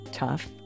tough